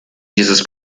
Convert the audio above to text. dieses